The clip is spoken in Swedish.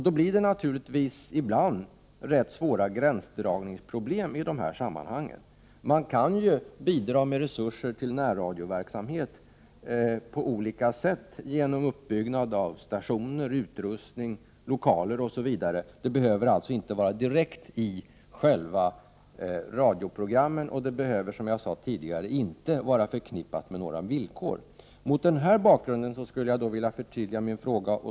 Då blir det naturligtvis ibland rätt svåra gränsdragningsproblem i de här sammanhangen. Man kan ju bidra med resurser till närradioverksamhet på olika sätt. Det kan ske genom uppbyggnad av stationer, utrustning, lokaler osv. Sponsring behöver inte ske i form av inslag direkt i själva radioprogrammen, och den behöver inte, som jag sade tidigare, vara förknippad med några villkor. Mot den här bakgrunden vill jag förtydliga min fråga.